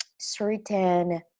certain